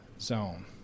zone